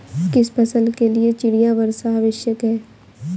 किस फसल के लिए चिड़िया वर्षा आवश्यक है?